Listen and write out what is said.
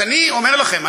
אז אני אומר לכם,